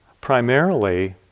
primarily